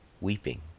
weeping